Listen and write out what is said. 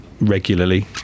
regularly